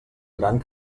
gran